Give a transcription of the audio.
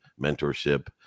mentorship